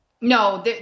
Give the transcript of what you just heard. No